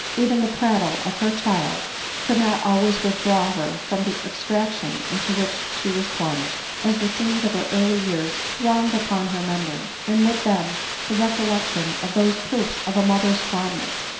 even the prattle of her child could not always withdraw her from the abstraction into' which she was plunged, as the scenes of her early years thronged upon her memory, and with them the recollection of those proofs of a mother's fondness,